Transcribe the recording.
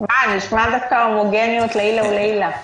נשמע דווקא הומוגניות לעילא ולעילא.